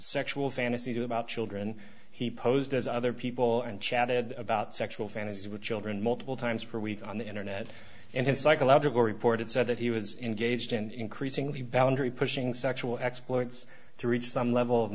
sexual fantasies about children he posed as other people and chatted about sexual fantasies with children multiple times per week on the internet and his psychological reported said that he was engaged in increasingly balladry pushing sexual exploits to reach some level of